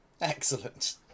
Excellent